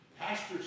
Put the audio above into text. pastor's